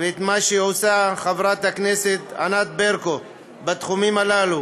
ואת מה שעושה חברת הכנסת ענת ברקו בתחומים הללו